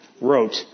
wrote